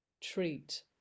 treat